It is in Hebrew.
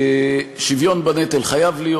שוויון בנטל חייב להיות.